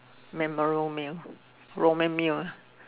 memorable meal Roman meal ah